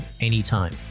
anytime